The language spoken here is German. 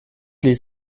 ließ